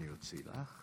אדוני היושב-ראש,